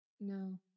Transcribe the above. No